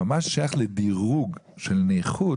אבל במה ששייך לדירוג של נכות